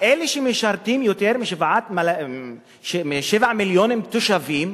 אלה שמשרתים יותר מ-7 מיליון תושבים,